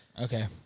okay